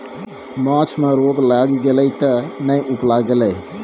माछ मे रोग लागि गेलै तें ने उपला गेलै